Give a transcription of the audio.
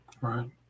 Right